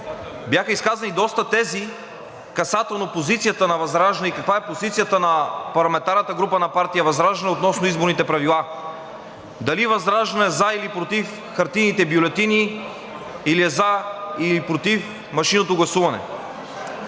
Бяха изказани доста тези, касателно позицията на ВЪЗРАЖДАНЕ и каква е позицията на парламентарната група на партия ВЪЗРАЖДАНЕ относно изборните правила – дали ВЪЗРАЖДАНЕ е за или против хартиените бюлетини, или е за или против машинното гласуване.